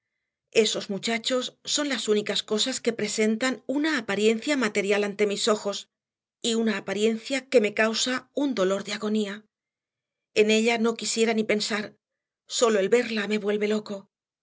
esos muchachos son las únicas cosas que presentan una apariencia material ante mis ojos y una apariencia que me causa un dolor de agonía en ella no quisiera ni pensar sólo el verla me vuelve loco